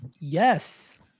yes